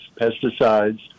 pesticides